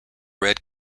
red